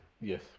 Yes